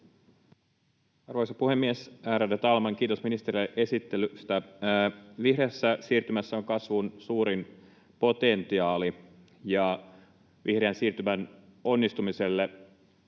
Arvoisa puhemies, ärade talman! Kiitos ministerille esittelystä. Vihreässä siirtymässä on kasvun suurin potentiaali. Vihreän siirtymän onnistumiselle